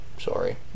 sorry